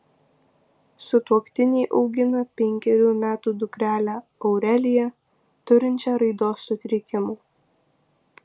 sutuoktiniai augina penkerių metų dukrelę aureliją turinčią raidos sutrikimų